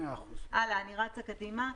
אני רצה קדימה.